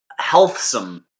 healthsome